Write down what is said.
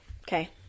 okay